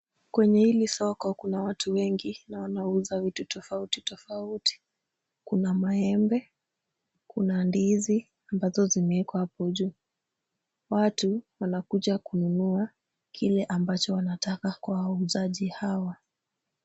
Kwenye hili soko kuna watu wengi na wanauza vitu tofauti tofauti. Kuna maembe, kuna ndizi ambazo zimewekwa hapo juu. Watu wanakuja kununua, kile ambacho wanataka kwa wauzaji hawa.